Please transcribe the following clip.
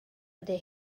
ydy